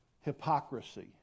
Hypocrisy